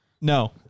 No